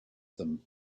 them